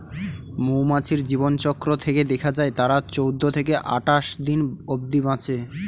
মৌমাছির জীবনচক্র থেকে দেখা যায় তারা চৌদ্দ থেকে আটাশ দিন অব্ধি বাঁচে